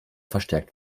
verstärkt